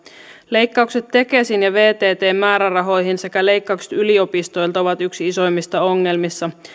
leikkaukset tekesin ja vttn määrärahoihin sekä leikkaukset yliopistoilta ovat yksi isoimmista ongelmista